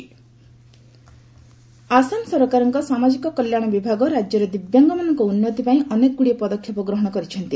ଆସାମ ଦିବ୍ୟାଙ୍ଗ ଆସାମ ସରକାରଙ୍କ ସାମାଜିକ କଲ୍ୟାଣ ବିଭାଗ ରାଜ୍ୟରେ ଦିବ୍ୟାଙ୍ଗମାନଙ୍କ ଉନ୍ନତି ପାଇଁ ଅନେକଗୁଡ଼ିଏ ପଦକ୍ଷେପ ଗ୍ରହଣ କରିଛନ୍ତି